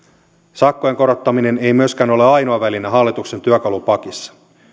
sakkojen korottaminen ei myöskään ole ole ainoa väline hallituksen työkalupakissa